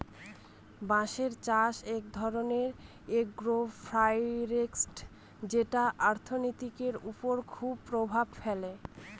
বাঁশের চাষ এক ধরনের এগ্রো ফরেষ্ট্রী যেটা অর্থনীতির ওপর খুব প্রভাব ফেলে